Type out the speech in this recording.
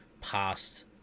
past